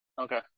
Okay